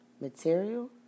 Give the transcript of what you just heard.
Material